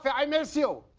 but i miss you.